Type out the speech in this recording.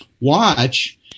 watch